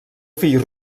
fill